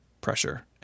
pressure